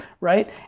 right